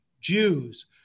Jews